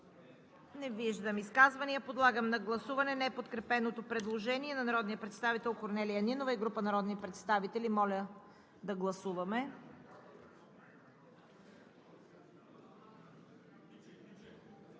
Не виждам. Подлагам на гласуване неподкрепеното предложение на народния представител Корнелия Нинова и група народни представители. Гласували